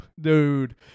dude